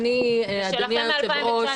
אני, אדוני היושב-ראש,